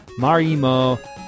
Marimo